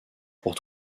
pour